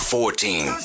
Fourteen